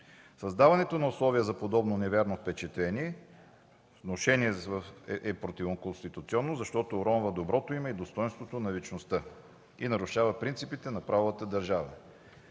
Създаването на условия за подобно невярно впечатление, внушение е противоконституционно, защото уронва доброто име и достойнството на личността и нарушава принципите на правовата държава.